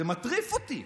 זה מטריף אותי.